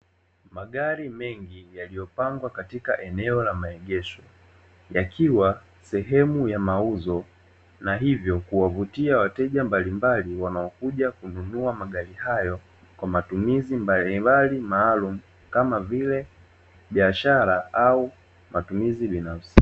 Magari mengi yaliyopangwa katika eneo la maegesho yakiwa sehemu ya mauzo na hivyo kuwavutia wateja mbalimbali wanaokuja kununua magari hayo, kwa matumizi mbalimbali maalumu kama vile biashara au matumizi binafsi.